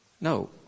No